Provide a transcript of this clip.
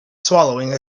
swallowing